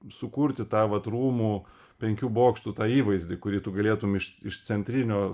sukurti tą vat rūmų penkių bokštų tą įvaizdį kurį tu galėtum iš iš centrinio